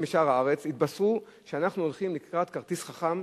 משאר הארץ התבשרו שאנחנו הולכים לקראת כרטיס חכם,